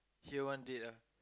here one dead ah